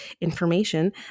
information